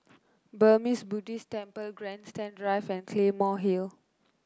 Burmese Buddhist Temple Grandstand Drive and Claymore Hill